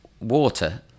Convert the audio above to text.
water